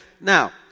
Now